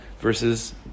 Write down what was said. versus